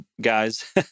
guys